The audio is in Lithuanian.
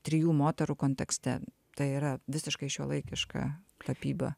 trijų moterų kontekste tai yra visiškai šiuolaikiška tapyba